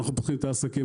כשאנחנו פותחים את העסקים,